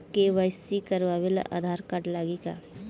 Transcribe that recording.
KYC करावे ला Aadhaar card लागी का?